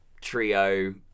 trio